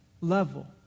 level